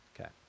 Okay